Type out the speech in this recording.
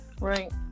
right